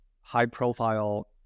high-profile